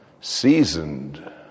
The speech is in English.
Seasoned